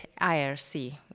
IRC